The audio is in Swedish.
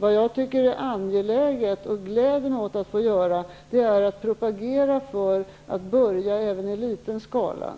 Vad jag tycker är angeläget och vad jag gläder mig åt att få göra är att propagera för att börja även i liten skala.